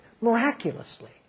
miraculously